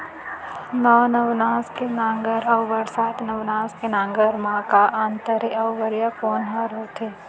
नौ नवनास के नांगर अऊ बरसात नवनास के नांगर मा का अन्तर हे अऊ बढ़िया कोन हर होथे?